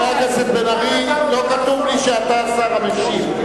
חבר הכנסת בן-ארי, לא כתוב לי שאתה השר המשיב.